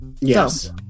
Yes